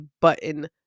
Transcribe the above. button